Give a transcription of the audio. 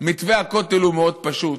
מתווה הכותל הוא מאוד פשוט.